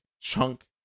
chunk